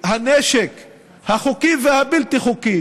והנשק החוקי והבלתי-חוקי,